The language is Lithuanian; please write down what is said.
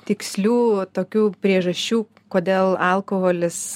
tikslių tokių priežasčių kodėl alkoholis